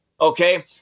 Okay